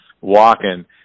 walking